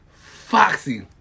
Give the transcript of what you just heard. foxy